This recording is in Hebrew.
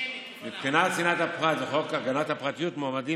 מבחינת צנעת הפרט וחוק הגנת הפרטיות מועמדים